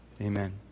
Amen